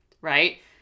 right